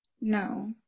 No